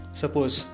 suppose